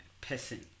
person